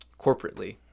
corporately